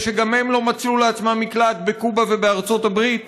ושגם הם לא מצאו לעצמם מקלט בקובה ובארצות הברית?